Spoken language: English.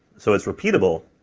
so it's repeatable,